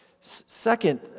Second